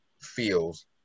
feels